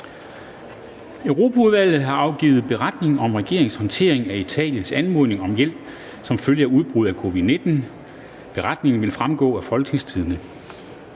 Europaudvalget har afgivet: Beretning om regeringens håndtering af Italiens anmodning om hjælp som følge af udbruddet af covid-19. (Beretning nr. 1). Beretningen